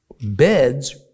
Beds